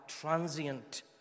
transient